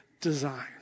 design